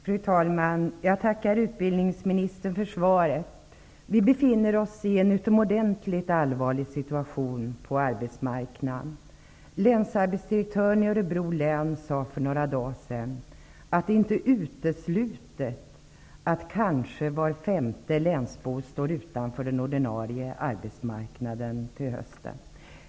Fru talman! Jag tackar utbildningsministern för svaret. Vi har en utomordentligt allvarlig situation på arbetsmarknaden. Länsarbetsdirektören i Örebro län sade för några dagar sedan att det inte är uteslutet att kanske var femte länsbo står utanför den ordinarie arbetsmarknaden till hösten.